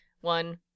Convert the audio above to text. one